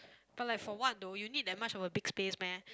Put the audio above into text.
but like for what though you need that much of a big space meh